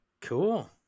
Cool